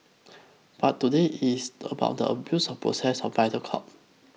but today it's about the abuse of the process by the court